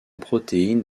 protéines